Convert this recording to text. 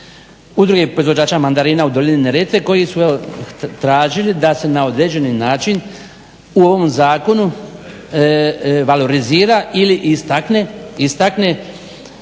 udruge proizvođača mandarina u Dolini Neretve koji su tražili da se na određeni način u ovom zakonu valorizira ili istakne